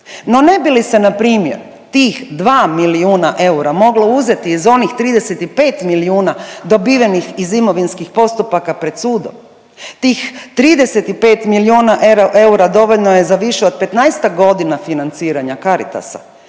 No, ne bi li se na primjer tih 2 milijuna eura moglo uzeti iz onih 35 milijuna dobivenih iz imovinskih postupaka pred sudom? Tih 35 milijuna eura dovoljno je za više od 15-tak godina financiranja Caritasa.